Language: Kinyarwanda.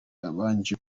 babanje